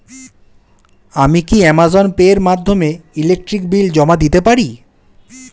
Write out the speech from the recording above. আমি কি Amazon pay এর মাধ্যমে ইলেকট্রিক বিল জমা দিতে পারি?